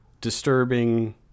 disturbing